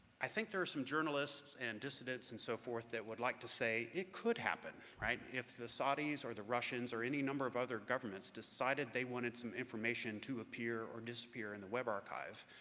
i think there are some journalists and dissidents and so forth that would like to say, it could happen. if the saudis or the russians or any number of other governments decided they wanted some information to appear or disappear in the web archive,